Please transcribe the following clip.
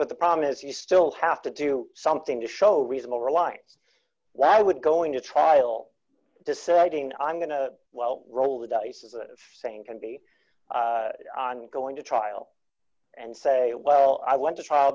but the problem is you still have to do something to show reasonable reliance why would going to trial deciding i'm going to roll the dice saying can be going to trial and say well i went to trial